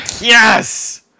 Yes